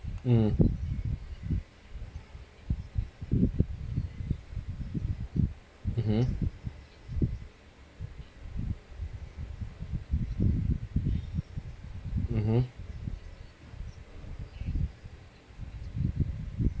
um mmhmm mmhmm